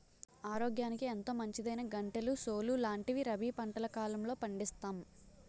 ఆరోగ్యానికి ఎంతో మంచిదైనా గంటెలు, సోలు లాంటివి రబీ పంటల కాలంలో పండిస్తాం